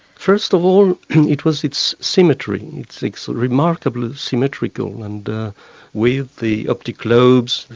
first of all it was its symmetry, it's remarkably symmetrical and with the optic lobes,